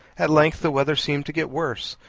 at length the weather seemed to get worse.